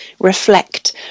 reflect